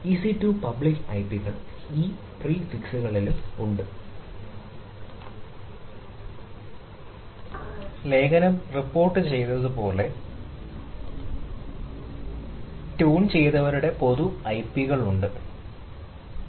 EC 2 public ഐപികൾ ഈ പ്രിഫിക്സുകളിൽ ഉണ്ട് ലേഖനം റിപ്പോർട്ടുചെയ്തതുപോലെ ട്യൂൺ ചെയ്തവരുടെ പൊതു ഐപികളുണ്ട്